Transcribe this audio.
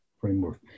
framework